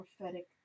prophetic